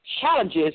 challenges